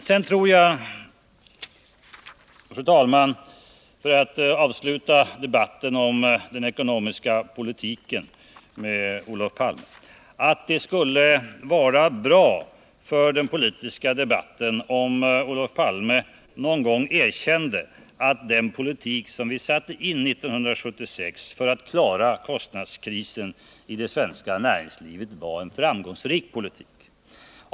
Sedan tror jag, fru talman, att det vore bra för den politiska debatten, om Olof Palme någon gång erkände att den politik som vi satte in 1976 för att klara kostnadskrisen i det svenska näringslivet var en framgångsrik politik.